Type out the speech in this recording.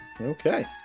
Okay